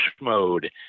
mode